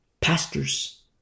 Pastors